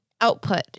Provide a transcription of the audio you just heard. Output